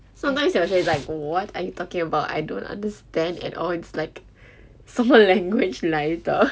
sometimes 小学 is like what are you talking about I don't understand at all it's like 什么 language 来的